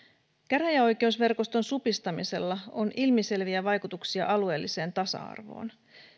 käräjäoikeusverkoston supistamisella on ilmiselviä vaikutuksia alueelliseen tasa arvoon